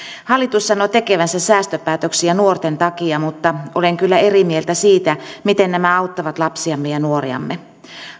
hallitus sanoo tekevänsä säästöpäätöksiä nuorten takia mutta olen kyllä eri mieltä siitä miten nämä auttavat lapsiamme ja nuoriamme